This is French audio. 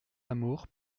lamour